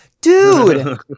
Dude